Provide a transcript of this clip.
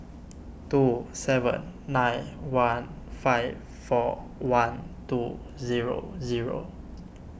two seven nine one five four one two zero zero